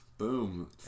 Boom